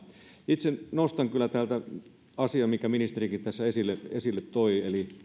itse nostan täältä asian minkä ministerikin tässä esille esille toi eli